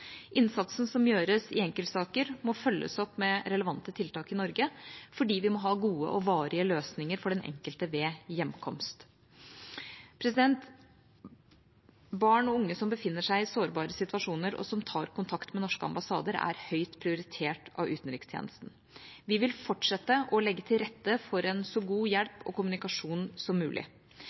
Innsatsen som gjøres i enkeltsaker, må følges opp med relevante tiltak i Norge fordi vi må ha gode og varige løsninger for den enkelte ved hjemkomst. Barn og unge som befinner seg i sårbare sitasjoner, og som tar kontakt med norske ambassader, er høyt prioritert av utenrikstjenesten. Vi vil fortsette å legge til rette for en så god hjelp og kommunikasjon som mulig.